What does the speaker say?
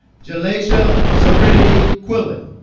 ge'laija serenity quillen